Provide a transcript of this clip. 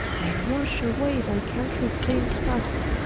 and wash away thy countries stayned spots